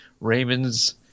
raymond's